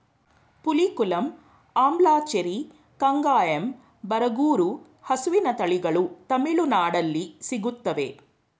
ಪುಲಿಕುಲಂ, ಅಂಬ್ಲಚೇರಿ, ಕಂಗಾಯಂ, ಬರಗೂರು ಹಸುವಿನ ತಳಿಗಳು ತಮಿಳುನಾಡಲ್ಲಿ ಸಿಗುತ್ತವೆ